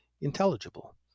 intelligible